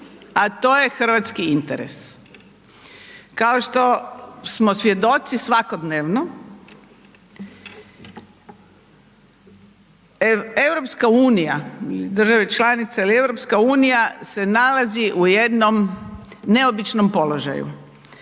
a to je hrvatski interes. Kao što smo svjedoci svakodnevno, EU ili države članice ili EU se nalazi u jednom neobičnom položaju,